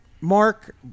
mark